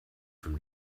from